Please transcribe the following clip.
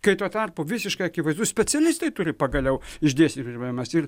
kai tuo tarpu visiškai akivaizdu specialistai turi pagaliau išdėstyti problemas ir